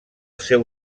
seu